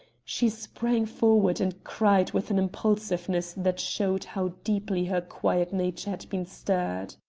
she sprang forward and cried with an impulsiveness that showed how deeply her quiet nature had been stirred.